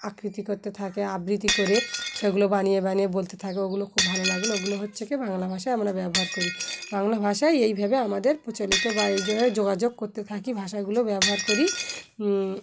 আবৃত্তি করতে থাকে আবৃত্তি করে সেগুলো বানিয়ে বানিয়ে বলতে থাকে ওগুলো খুব ভালো লাগল ওগুলো হচ্ছে কি বাংলা ভাষায় আমরা ব্যবহার করি বাংলা ভাষায় এইভাবে আমাদের প্রচলিত বা এইভাবে যোগাযোগ করতে থাকি ভাষাগুলো ব্যবহার করি